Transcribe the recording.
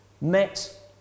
met